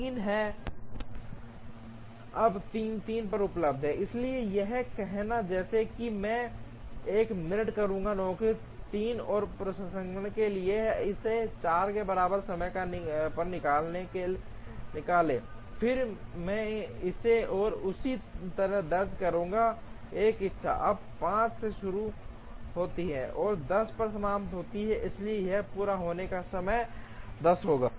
अब 3 3 पर उपलब्ध है इसलिए यह कहने जैसा है कि मैं एक मिनट करूंगा नौकरी 3 के प्रसंस्करण के लिए इसे 4 के बराबर समय पर निकाल लें फिर मैं इसे और इसी तरह दर्ज करूंगा एक इच्छा अब 5 से शुरू होती है और 10 पर समाप्त होती है इसलिए यहां पूरा होने का समय 10 होगा